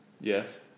Yes